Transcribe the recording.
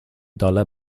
dollar